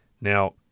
Now